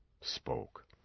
spoke